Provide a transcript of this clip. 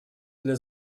для